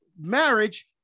marriage